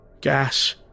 Gas